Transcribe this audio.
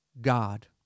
God